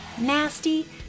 Nasty